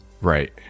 Right